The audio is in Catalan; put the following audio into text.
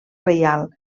reial